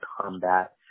combat